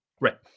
Right